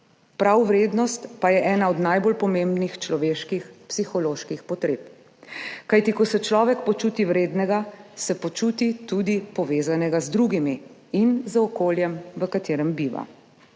Prav vrednost pa je ena od najbolj pomembnih človeških psiholoških potreb, kajti ko se človek počuti vrednega, se počuti tudi povezanega z drugimi in z okoljem, v katerem biva.